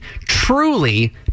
truly